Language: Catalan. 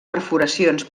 perforacions